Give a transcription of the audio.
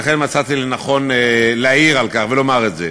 לכן מצאתי לנכון להעיר על כך ולומר את זה.